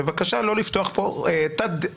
בבקשה לא לפתוח פה תת-דיון.